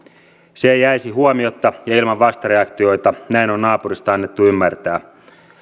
se ei jäisi huomiotta ja ilman vastareaktioita näin on naapurista annettu ymmärtää